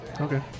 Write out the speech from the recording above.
Okay